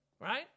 Right